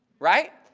right?